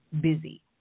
busy